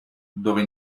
dove